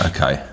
Okay